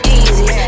easy